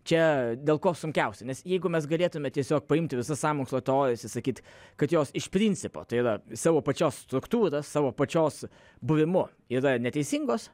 čia dėl ko sunkiausia nes jeigu mes galėtume tiesiog paimti visas sąmokslo teorijas ir sakyti kad jos iš principo tai yra savo pačios struktūra savo pačios buvimu yra neteisingos